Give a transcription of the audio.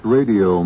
Radio